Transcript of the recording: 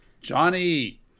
Johnny